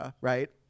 right